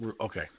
Okay